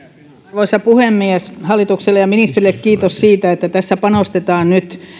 arvoisa puhemies hallitukselle ja ministerille kiitos siitä että tässä panostetaan nyt